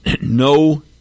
no